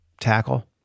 tackle